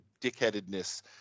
dickheadedness